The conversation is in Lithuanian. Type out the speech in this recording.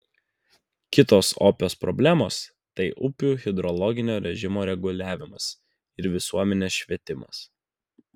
kitos opios problemos tai upių hidrologinio režimo reguliavimas ir visuomenės švietimas